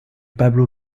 pablo